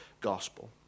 gospel